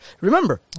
Remember